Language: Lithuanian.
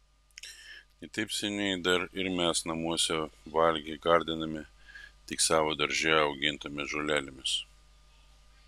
ne taip seniai dar ir mes namuose valgį gardinome tik savo darže augintomis žolelėmis